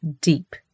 deep